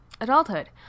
adulthood